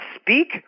speak